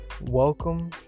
Welcome